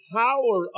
power